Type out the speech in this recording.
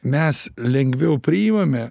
mes lengviau priimame